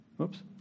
Oops